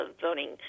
voting